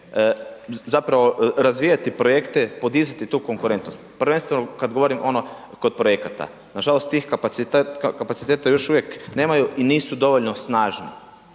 zapravo razvijati projekte, podizati tu konkurentnost, prvenstveno kad govorim ono kod projekata. Nažalost, tih kapaciteta još uvijek nemaju i nisu dovoljno snažni.